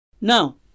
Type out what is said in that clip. Now